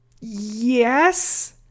Yes